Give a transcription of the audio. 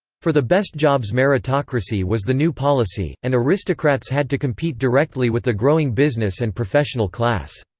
for the best jobs meritocracy was the new policy, and aristocrats had to compete directly with the growing business and professional class.